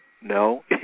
No